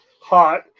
hot